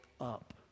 up